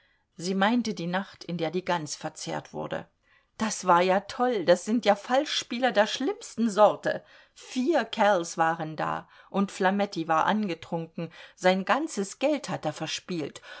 sie meinte die nacht in der die gans verzehrt wurde das war ja toll das sind ja falschspieler der schlimmsten sorte vier kerls waren da und flametti war angetrunken sein ganzes geld hat er verspielt